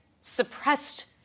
suppressed